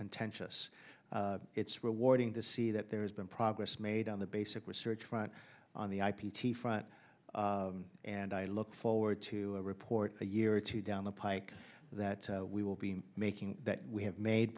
contentious it's rewarding to see that there's been progress made on the basic research front on the i p t front and i look forward to a report a year or two down the pike that we will be making that we have made